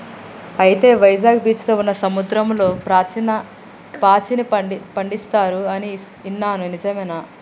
అయితే వైజాగ్ బీచ్లో ఉన్న సముద్రంలో పాచిని పండిస్తారు అని ఇన్నాను నిజమేనా